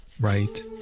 right